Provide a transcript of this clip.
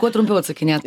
kuo trumpiau atsakinėt